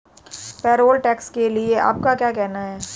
Payroll tax के लिए आपका क्या कहना है?